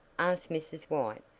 asked mrs. white.